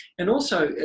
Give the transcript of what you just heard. and also,